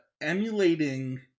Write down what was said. emulating